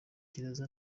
gereza